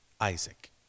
Isaac